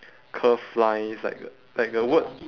curve line is like like the word